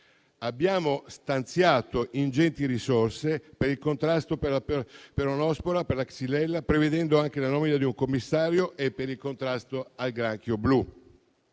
Abbiamo stanziato ingenti risorse per il contrasto alla peronospora e alla xylella, prevedendo anche la nomina di un commissario, e per il contrasto al granchio blu.